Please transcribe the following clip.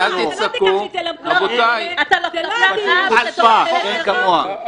זו פשוט חוצפה שאין כמוה.